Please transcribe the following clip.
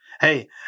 hey